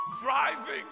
driving